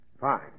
Fine